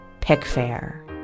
Pickfair